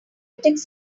tech